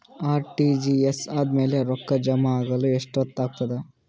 RTGS ಆದ್ಮೇಲೆ ರೊಕ್ಕ ಜಮಾ ಆಗಲು ಎಷ್ಟೊತ್ ಆಗತದ?